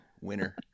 Winner